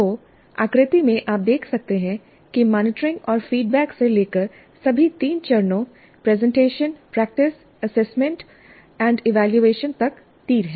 तो आकृति में आप देख सकते हैं कि मॉनिटरिंग और फीडबैक से लेकर सभी तीन चरणों प्रेजेंटेशन प्रैक्टिस असेसमेंट और इवैल्यूएशन तक तीर हैं